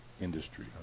industry